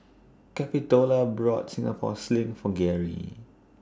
Capitola bought Singapore Sling For Gary